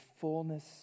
fullness